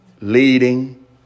leading